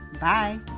Bye